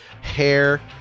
hair